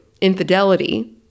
infidelity